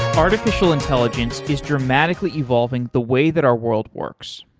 artificial intelligence is dramatically evolving the way that our world works,